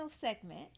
segment